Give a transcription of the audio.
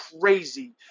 crazy